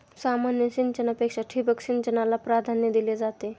सामान्य सिंचनापेक्षा ठिबक सिंचनाला प्राधान्य दिले जाते